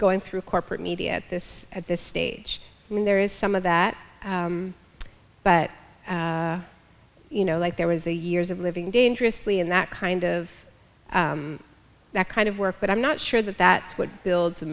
going through corporate media at this at this stage i mean there is some of that but you know like there was the years of living dangerously in that kind of that kind of work but i'm not sure that that would build